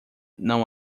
não